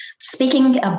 Speaking